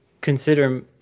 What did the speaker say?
consider